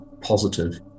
positive